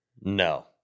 No